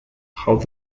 how